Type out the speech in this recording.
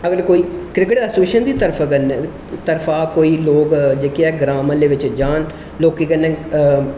अगर कोई cricket association दी तरफा कोई लोग जेह्के ऐ ग्रां म्हल्ले दे बिच्च जाह्न लोकें कन्नै